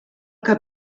que